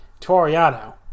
Toriano